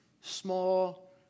small